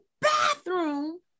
bathroom